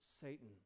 Satan